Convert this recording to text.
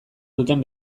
duten